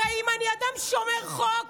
הרי אם אני אדם שומר חוק,